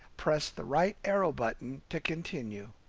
press the right arrow button to continue.